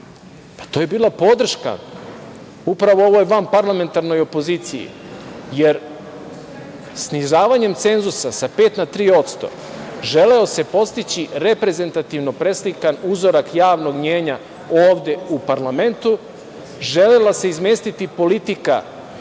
pa to je bila podrška, a upravo ovo je van parlamentarnoj opoziciji, jer snizavanjem cenzusa sa 5% na 3%, želeo se postići reprezentativno preslikan uzorak javnog mnjenja ovde u parlamentu, i želela se izmestiti politika